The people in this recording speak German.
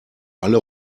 alle